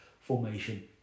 formation